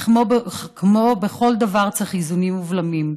אך כמו בכל דבר צריך איזונים ובלמים.